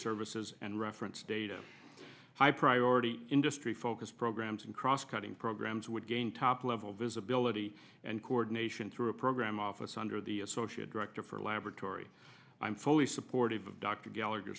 services and reference data high priority industry focus programs and cross cutting programs would gain top level visibility and coordination through a program office under the associate director for laboratory i'm fully supportive of dr gallagher